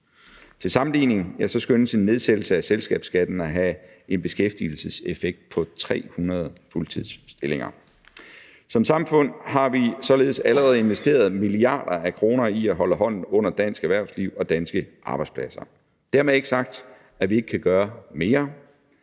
Til sammenligning skønnes en nedsættelse af selskabsskatten at have en beskæftigelseseffekt på 300 fuldtidsstillinger. Som samfund har vi således allerede investeret milliarder af kroner i at holde hånden under dansk erhvervsliv og danske arbejdspladser. Dermed ikke sagt, at vi ikke kan gøre mere,